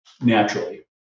naturally